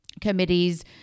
committees